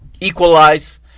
equalize